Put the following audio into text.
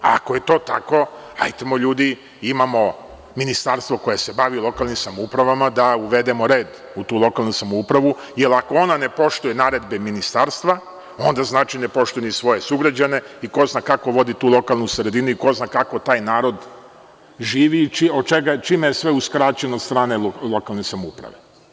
Ako je to tako, hajdemo, ljudi, imamo ministarstvo koje se bavi lokalnim samoupravama da uvedemo red u tu lokalnu samoupravu, jer ako ona ne poštuje naredbe ministarstva, onda znači ne poštuje ni svoje sugrađane i ko zna kako vodi tu lokalnu sredinu i ko zna kako taj narod živi i čime je sve uskraćen od strane lokalne samouprave.